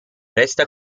resta